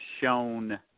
shown